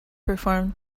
performed